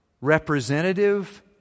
representative